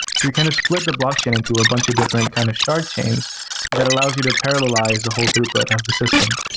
so you kind of split the blockchain into a bunch of different kind of shard chains that allows you to parallelize the whole throughput of the system.